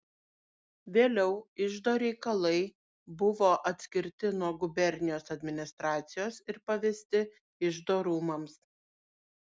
vėliau iždo reikalai buvo atskirti nuo gubernijos administracijos ir pavesti iždo rūmams